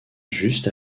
juste